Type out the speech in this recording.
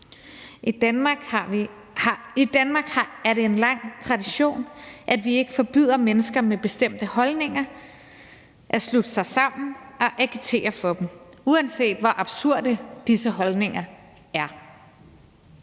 I Danmark er det en lang tradition, at vi ikke forbyder mennesker med bestemte holdninger at slutte sig sammen og agitere for dem, uanset hvor absurde disse holdninger er.